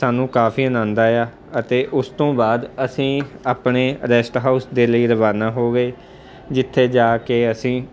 ਸਾਨੂੰ ਕਾਫੀ ਆਨੰਦ ਆਇਆ ਅਤੇ ਉਸ ਤੋਂ ਬਾਅਦ ਅਸੀਂ ਆਪਣੇ ਰੈਸਟ ਹਾਊਸ ਦੇ ਲਈ ਰਵਾਨਾ ਹੋ ਗਏ ਜਿੱਥੇ ਜਾ ਕੇ ਅਸੀਂ